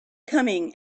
coming